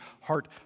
heart